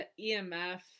EMF